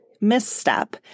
misstep